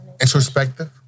Introspective